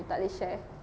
takleh share